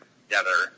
together